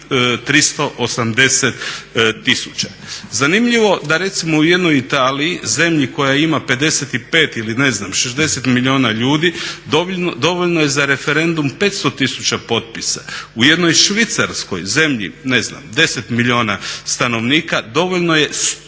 380 000. Zanimljivo da recimo u jednoj Italiji, zemlji koja ima 55 ili 60 milijuna ljudi dovoljno je za referendum 500 000 potpisa, u jednoj Švicarskoj zemlji 10 milijuna stanovnika dovoljno je 100